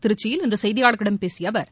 திருச்சியில் இன்று செய்தியாளர்களிடம் பேசிய அவர்